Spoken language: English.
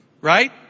right